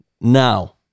now